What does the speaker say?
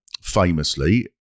famously